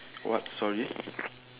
what sorry